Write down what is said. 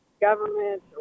government